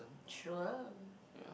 sure